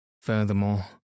Furthermore